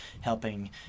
helping